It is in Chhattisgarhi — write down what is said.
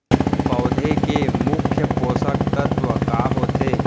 पौधे के मुख्य पोसक तत्व का होथे?